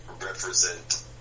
represent